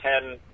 ten